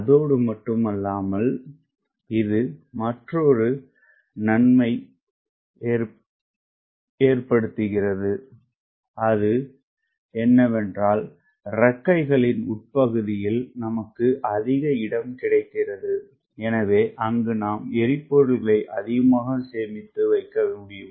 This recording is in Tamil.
அத்தோடு மட்டுமல்லாமல் இது மற்றொரு நன்மை ஏற்படுகிறதுஅது என்னவென்றால் இறக்கைகளின் உட்பகுதியில் நமக்கு அதிக இடம் கிடைக்கிறதுஎனவே அங்கு நாம் எரிபொருள்களை அதிகமாக சேமித்து வைக்க முடியும்